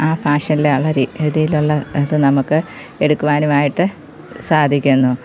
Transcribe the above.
ആ ഫാഷൻലെ ഉള്ള രീതി രീതിയിലുള്ള ഇത് നമുക്ക് എടുക്കുവാനായിട്ട് സാധിക്കുന്നു